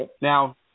Now